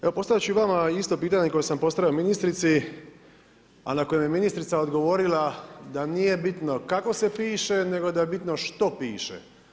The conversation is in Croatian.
Evo postavit ću i vama isto pitanje koje sam postavio ministrici, a na koje mi je ministrica odgovorila da nije bitno kako se piše, nego da je bitno što piše.